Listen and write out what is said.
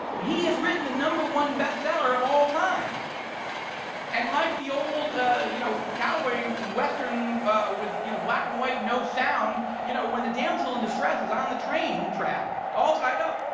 he has written the number one best seller of all time and like the old you know cowboy western with you know black and white, no sound, you know when the damsel in distress is on the train track, all tied up